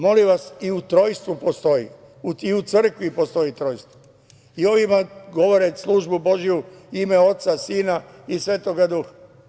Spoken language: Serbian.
Molim vas, i u trojstvu postoji, i u crkvi postoji trojstvo i oni vam govore službu Božiju – u ime Oca, Sina i Svetog duha.